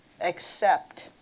accept